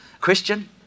Christian